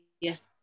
Yes